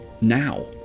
now